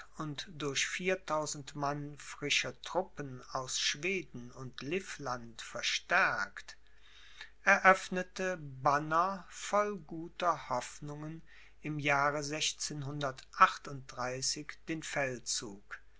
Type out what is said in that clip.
durch vierzehntausend mann frischer truppen aus schweden und livland verstärkt eröffnete banner voll guter hoffnungen im jahre den feldzug